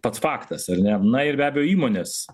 pats faktas ar ne na ir be abejo įmonės